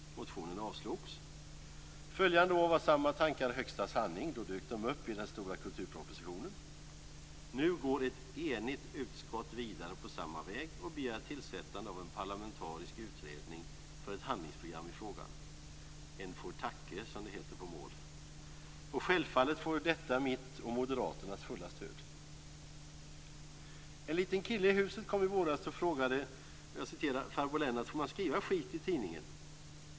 Motionen avslogs. Följande år var samma tankar högsta sanning. Då dök de upp i den stora kulturpropositionen. Nu går ett enigt utskott vidare på samma väg och begär tillsättande av en parlamentarisk utredning för ett handlingsprogram i frågan. En får tacke, som det heter på mål. Och självfallet får detta mitt och Moderaternas fulla stöd. En liten kille i huset kom i våras och frågade: Farbror Lennart, får man skriva skit i tidningen?